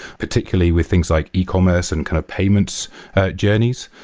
particularly with things like ecommerce and kind of payments journeys.